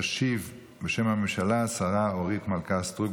תשיב בשם הממשלה השרה אורית מלכה סטרוק,